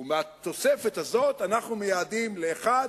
ומהתוספת הזאת אנחנו מייעדים ל-1,